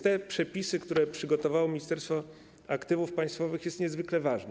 Te przepisy, które przygotowało Ministerstwo Aktywów Państwowych, są więc niezwykle ważne.